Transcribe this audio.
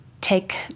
take